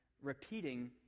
repeating